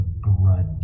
grudge